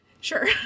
Sure